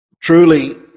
truly